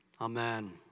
Amen